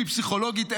היא פסיכולוגית,